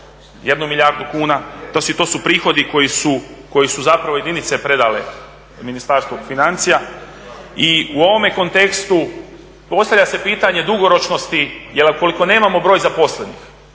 za 1 milijardu kuna, znači to su prihodi koji su zapravo jedinice predale Ministarstvu financija i u ovome kontekstu postavlja se pitanje dugoročnosti, jer ukoliko nemamo broj zaposlenih,